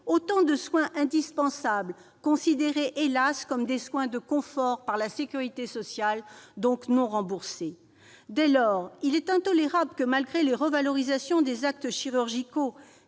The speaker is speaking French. autant de soins indispensables considérés, hélas, comme des soins de confort par la sécurité sociale, et donc non remboursés. Dès lors, il est intolérable que, malgré les revalorisations des actes chirurgicaux,